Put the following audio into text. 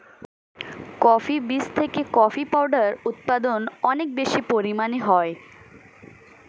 coffee বীজ থেকে coffee powder উৎপাদন অনেক বেশি পরিমাণে হয়